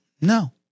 No